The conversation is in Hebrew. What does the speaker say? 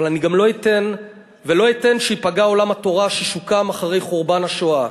גם לא אתן שייפגע עולם התורה ששוקם אחרי חורבן השואה.